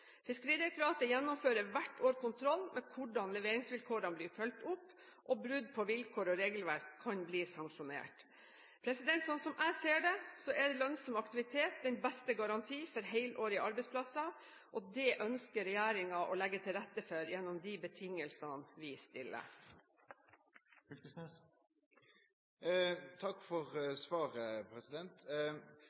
Fiskeridirektoratet gjennomfører hvert år kontroll med hvordan leveringsvilkårene blir fulgt opp, og brudd på vilkår og regelverk kan bli sanksjonert. Slik jeg ser det, er lønnsom aktivitet den beste garanti for helårige arbeidsplasser, og det ønsker regjeringen å legge til rette for gjennom de betingelsene vi stiller. Takk for svaret.